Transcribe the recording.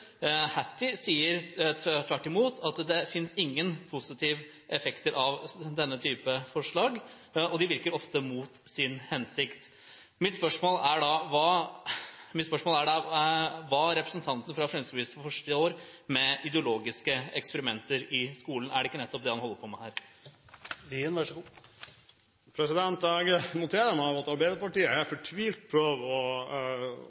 tvert imot at det ikke finnes noen positive effekter av denne type forslag, og at de virker ofte mot sin hensikt. Mitt spørsmål er: Hva forstår representanten fra Fremskrittspartiet med «ideologiske eksperimenter» i skolen? Er det ikke nettopp det han holder på med her? Jeg noterer meg at Arbeiderpartiet fortvilt prøver å late som om de fortsatt er